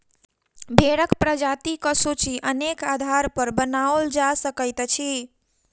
भेंड़क प्रजातिक सूची अनेक आधारपर बनाओल जा सकैत अछि